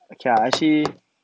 okay lah actually